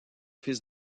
fils